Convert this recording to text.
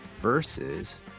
versus